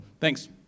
thanks